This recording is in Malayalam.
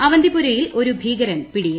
അവന്തിപ്പുരയിൽ ഒരു ഭീകരൻ പിടിയിൽ